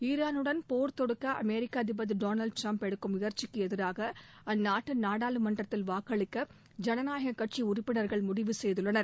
ஈராலுடன் போர் தொடுக்க அமெரிக்க அதிபர் திரு டொளால்ட் ட்ரம்ப் எடுக்கும் முயற்சிக்கு எதிராக அந்நாட்டு நாடாளுமன்றத்தில் வாக்களிக்க ஜனநாயகக் கட்சி உறுப்பினர்கள் முடிவு செய்துள்ளனர்